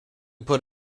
put